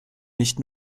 licht